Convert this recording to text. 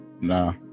nah